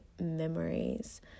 memories